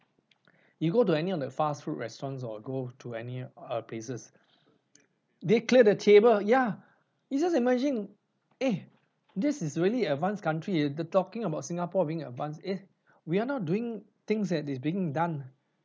you go to any of the fast food restaurants or go to any uh places they clear the table ya it's just emerging eh this is really advanced country eh the talking about singapore being advanced eh we're not doing things that's being done